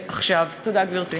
ושיתוף פעולה הוא נכון,